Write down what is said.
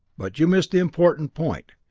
but you missed the important point.